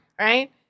Right